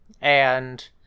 and-